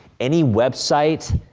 any website.